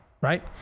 right